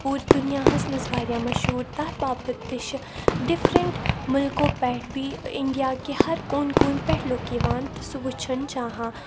پوٗرٕ دُنیاہَس منٛز واریاہ مشہوٗر تَتھ باپَتھ تہِ چھِ ڈِفرَنٹ مٔلکو پؠٹھ بیٚیہِ اِنڈیا کہِ ہَر کوٗنہٕ کوٗنہٕ پؠٹھ لُکھ یِوان تہٕ سُہ وٕچھُن چاہان